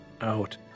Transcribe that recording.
out